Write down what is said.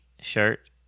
shirt